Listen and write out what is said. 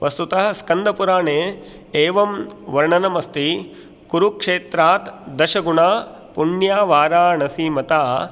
वस्तुतः सक्न्दपुराणे एवं वर्णनम् अस्ति कुरुक्षेत्रात् दशगुणा पुण्या वाराणसी मता